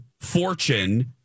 fortune